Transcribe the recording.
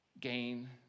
gain